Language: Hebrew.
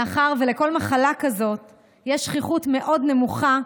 מאחר שלכל מחלה כזאת יש שכיחות מאוד נמוכה,